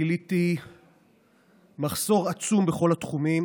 גיליתי מחסור עצום בכל התחומים,